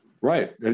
Right